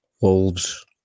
Wolves